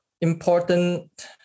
important